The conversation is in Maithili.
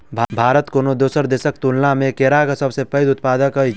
भारत कोनो दोसर देसक तुलना मे केराक सबसे पैघ उत्पादक अछि